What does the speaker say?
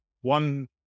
one